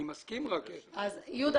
אני מסכים רק --- יהודה